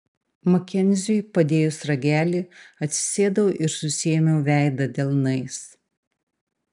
makenziui padėjus ragelį atsisėdau ir susiėmiau veidą delnais